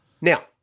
now